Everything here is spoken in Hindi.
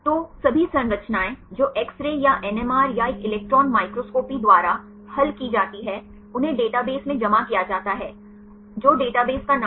तो सभी संरचनाएं जो एक्स रे या एनएमआर या एक इलेक्ट्रॉन माइक्रोस्कोपी द्वारा हल की जाती हैं उन्हें डेटाबेस में जमा किया जाता है जो डेटाबेस का नाम है